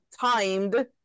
timed